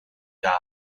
died